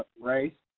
ah rates,